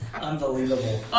unbelievable